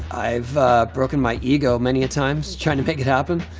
i've broken my ego many a times trying to make it happen.